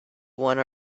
one